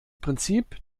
prinzip